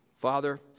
Father